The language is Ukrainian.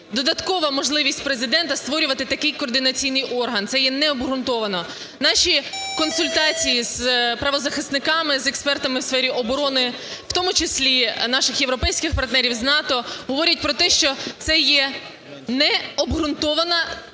додаткова можливість Президента створювати такий координаційний орган, це є необґрунтовано. Наші консультації з правозахисниками, з експертами в сфері оборони, в тому числі наших європейських партнерів з НАТО, говорять про те, що це є необґрунтована